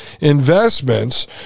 investments